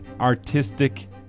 artistic